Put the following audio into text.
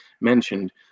mentioned